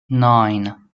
nine